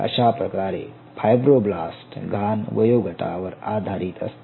अशाप्रकारे फायब्रोब्लास्ट घाण वयोगटवर आधारित असते